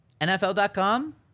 NFL.com